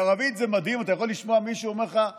אבי דיכטר (הליכוד):